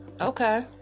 Okay